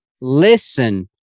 listen